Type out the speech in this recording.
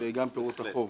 וגם פירוט החוב.